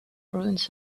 ruins